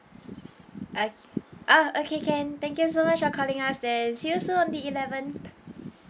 okay oh okay can thank you so much for calling us then see you soon on the eleventh